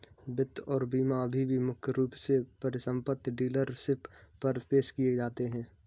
वित्त और बीमा अभी भी मुख्य रूप से परिसंपत्ति डीलरशिप पर पेश किए जाते हैं